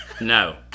No